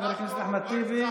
חבר הכנסת אחמד טיבי,